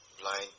blind